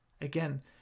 Again